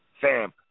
Sam